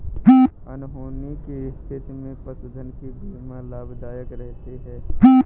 अनहोनी की स्थिति में पशुधन की बीमा लाभदायक रहती है